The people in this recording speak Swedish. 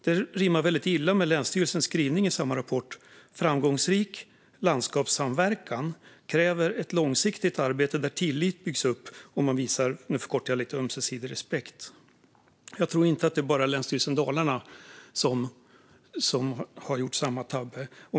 Detta rimmar väldigt illa med länsstyrelsens skrivning i samma rapport om framgångsrik landskapssamverkan, där man skriver: Framgångsrik landskapssamverkan kräver ett långsiktigt arbete där tillit byggs upp och man visar ömsesidig respekt. Jag har förkortat skrivningen lite. Jag tror inte att det bara är länsstyrelsen i Dalarna som har gjort denna tabbe.